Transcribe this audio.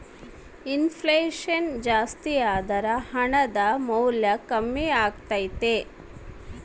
ಇನ್ ಫ್ಲೆಷನ್ ಜಾಸ್ತಿಯಾದರ ಹಣದ ಮೌಲ್ಯ ಕಮ್ಮಿಯಾಗತೈತೆ